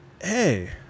hey